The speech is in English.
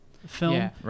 film